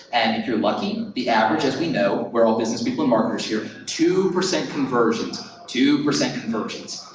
and if you're lucky the average, as we know, we're all business people and marketers here, two percent conversions. two percent conversions,